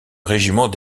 régiment